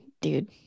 dude